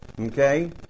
okay